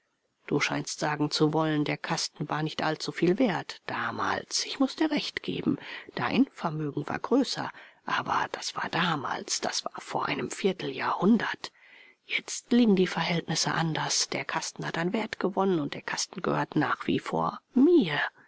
du scheinst sagen zu wollen der kasten war nicht allzuviel wert damals ich muß dir recht geben dein vermögen war größer aber das war damals das war vor einem vierteljahrhundert jetzt liegen die verhältnisse anders der kasten hat an wert gewonnen und der kasten gehört nach wie vor mir